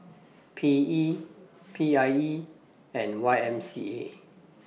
P E P I E and Y M C A